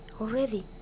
already